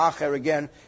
Again